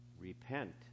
Repent